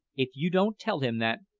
if you don't tell him that,